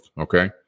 okay